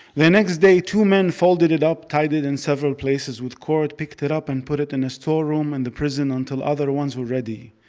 the next day two men folded it up, tied it in several places with cord, picked it up, and put it in a storeroom in and the prison until other ones were ready.